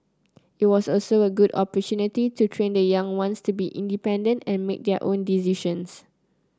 it was also a good to train the young ones to be independent and make their own decisions